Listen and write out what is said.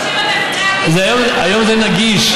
היום זה נגיש.